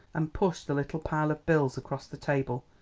and pushed the little pile of bills across the table.